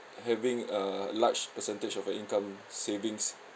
having a large percentage of your income savings